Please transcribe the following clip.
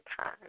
time